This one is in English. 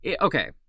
okay